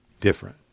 different